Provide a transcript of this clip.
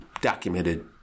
documented